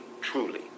truly